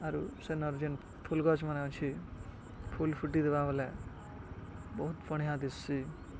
ଆରୁ ସେନର୍ ଯେନ୍ ଫୁଲ୍ ଗଛ୍ମାନେ ଅଛେ ଫୁଲ୍ ଫୁଟିଥିବା ବଏଲେ ବହୁତ୍ ବଢ଼ିଆଁ ଦିସ୍ସି